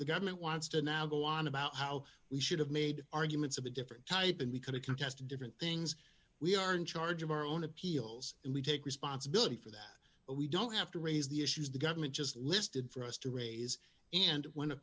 the government wants to now go on about how we should have made arguments of a different type and we could've contest different things we are in charge of our own appeals and we take responsibility for that but we don't have to raise the issues the government just listed for us to raise and when a